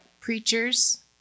preachers